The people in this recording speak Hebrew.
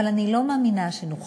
אבל אני לא מאמינה שנוכל